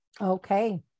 Okay